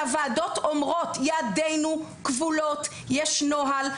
שהוועדות אומרות ידינו כבולות, יש נוהל.